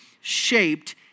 shaped